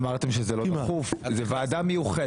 אמרתם שזה לא דחוף, זה ועדה מיוחדת.